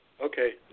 Okay